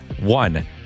one